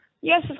Yes